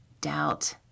doubt